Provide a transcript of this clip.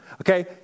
Okay